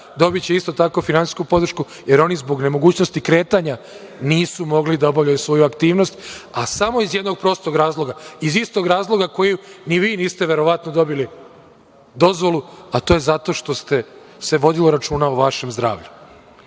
dobiće isto tako finansijsku podršku, jer oni zbog nemogućnosti kretanja nisu mogli da obavljaju svoju aktivnost, a samo iz jednog prostog razloga, iz istog razloga iz kojeg ni vi niste verovatno dobili dozvolu, a to je zato što se vodilo računa o vašem zdravlju. Prvo